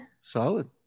Solid